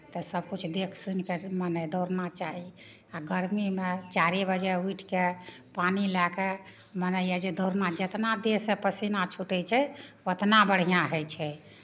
तऽ सभकिछु देखि सुनि कऽ मने दौड़ना चाही आ गरमीमे चारिए बजे उठि कऽ पानि लए कऽ मने यए जे दौड़ना जितना देहसँ पसीना छूटै छै उतना बढ़िआँ होइ छै